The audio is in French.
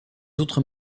autres